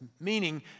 meaning